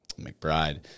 McBride